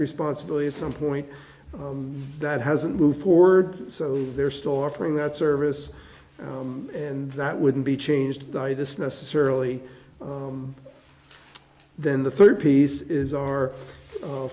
responsibility at some point that hasn't moved forward so they're still offering that service and that wouldn't be changed by this necessarily then the third piece is our